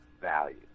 value